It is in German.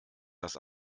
das